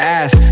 ask